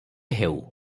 ହେଉ